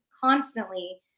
constantly